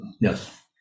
Yes